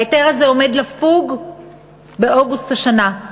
ההיתר הזה עומד לפוג באוגוסט השנה.